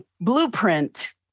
blueprint